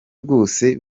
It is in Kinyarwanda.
rwose